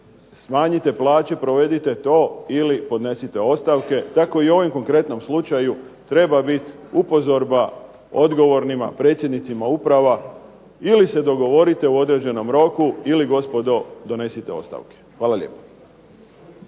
smanjite plaće, provedite to ili podnesite ostavke. Tako i u ovom konkretnom slučaju treba biti upozorba odgovornima, predsjednicima uprava ili se dogovorite u određenom roku ili gospodo donesite ostavke. Hvala lijepo.